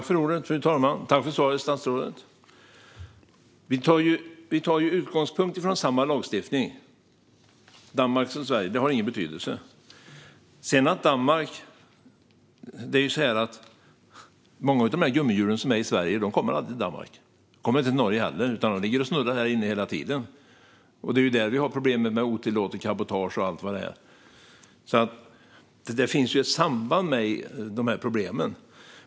Fru talman! Tack för svaret, statsrådet! Vi tar vår utgångspunkt i samma lagstiftning - om det är Danmark eller Sverige har ingen betydelse. Många av gummihjulen i Sverige kommer aldrig till Danmark. De kommer inte till Norge heller, utan de ligger och snurrar här inne hela tiden. Det är här vi har problem med otillåtet cabotage och allt vad det är. Det finns ett samband mellan problemen.